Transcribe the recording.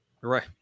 right